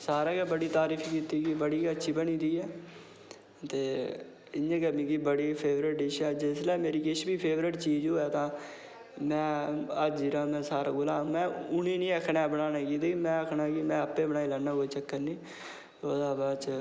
सारें गै बड़ी तारीफ कीती की बड़ी अच्छी बनी दी ऐ ते इयै मेरी फेवरेट डिश ऐ ते जिसलै बी मेरी फेवरेट डिश होऐ तां में अज्ज सारें कोला में उनेंगी निं आक्खना ऐ की बनाने गी में आक्खना में आपें गै बनाई लैनां बाद च